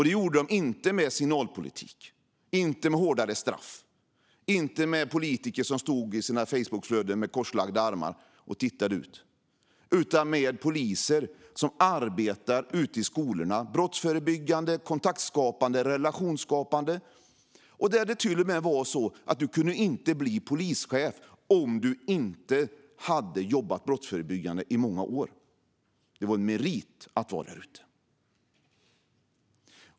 Det gjorde de inte med signalpolitik, inte med hårdare straff, inte med politiker som i sina Facebookflöden lade upp bilder där de stod med korslagda armar och tittade ut. De gjorde det i stället med poliser som arbetade ute i skolorna på ett brottsförebyggande, kontaktskapande och relationsskapande sätt. Där var det till och med så att man inte kunde bli polischef om man inte hade jobbat brottsförebyggande i många år. Det var en merit att vara där ute.